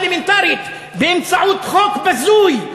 מהזכות האלמנטרית באמצעות חוק בזוי,